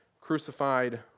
crucified